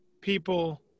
people